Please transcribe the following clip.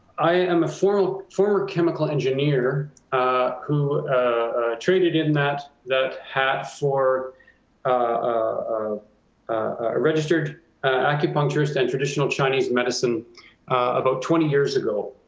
i am a former chemical engineer ah who traded in that that hat for ah ah registered acupuncturist and traditional chinese medicine about twenty years ago.